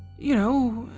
you know,